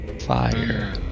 fire